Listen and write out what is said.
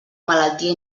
malaltia